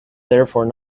therefore